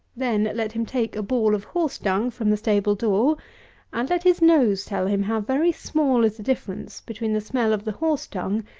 then let him take a ball of horse-dung from the stable-door and let his nose tell him how very small is the difference between the smell of the horse-dung,